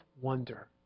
wonder